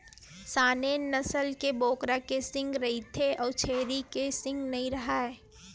Saanen नसल के बोकरा के सींग रहिथे अउ छेरी के सींग नइ राहय